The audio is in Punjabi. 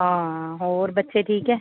ਹਾਂ ਹੋਰ ਬੱਚੇ ਠੀਕ ਹੈ